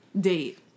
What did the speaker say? date